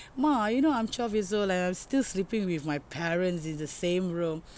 ma you know I'm twelve years old leh I'm still sleeping with my parents in the same room